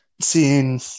seeing